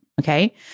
Okay